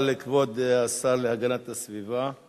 תודה לכבוד השר להגנת הסביבה.